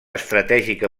estratègica